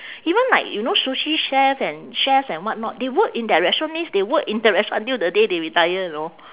even like you know sushi chef and chefs and what not they work in that restaurant means they work in the restaurant until the day they retire you know